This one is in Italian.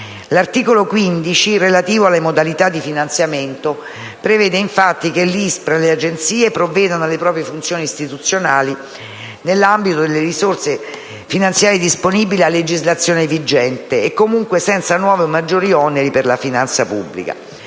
L'articolo 15, relativo alle modalità di finanziamento, prevede infatti che l'ISPRA e le Agenzie provvedano alle proprie funzioni istituzionali nell'ambito delle risorse finanziarie disponibili a legislazione vigente e comunque senza nuovi o maggiori oneri per la finanza pubblica.